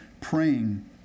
praying